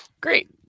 Great